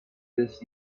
this